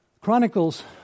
Chronicles